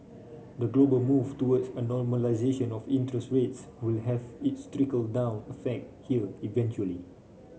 the global move towards a normalisation of interest rates will have its trickle down effect here eventually